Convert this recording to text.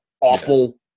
awful